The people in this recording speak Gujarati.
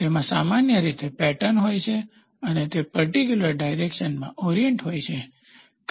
તેમાં સામાન્ય રીતે પેટર્ન હોય છે અને તે પર્ટીક્યુલર ડાયરેકશન માં ઓરીએન્ટ હોય છે